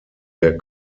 der